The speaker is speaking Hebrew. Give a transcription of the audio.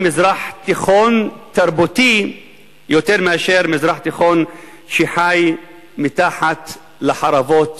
מזרח תיכון תרבותי יותר מאשר מזרח תיכון שחי מתחת לחרבות,